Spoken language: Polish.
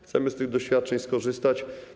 Chcemy z tych doświadczeń skorzystać.